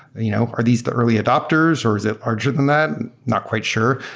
you know are these the early adapters or is it larger than that? not quite sure.